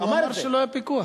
הוא אמר שלא היה פיקוח.